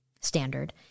standard